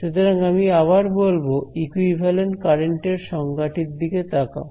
সুতরাং আমি আবার বলবো ইকুইভ্যালেন্ট কারেন্ট এর সংজ্ঞাটির দিকে তাকাও